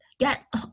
get